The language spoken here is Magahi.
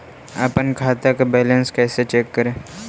अपन खाता के बैलेंस कैसे चेक करे?